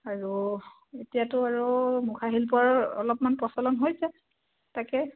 আৰু এতিয়াতো আৰু মুখাশিল্পৰ অলপমান প্ৰচলন হৈছে তাকে